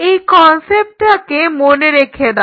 এই কনসেপ্টটাকে মনে রেখে দাও